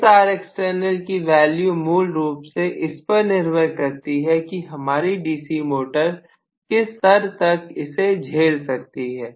इस Rext की value मूल रूप से इस पर निर्भर करती है कि हमारी डीसी मोटर किस स्तर तक इसे झेल सकती है